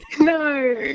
no